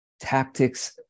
tactics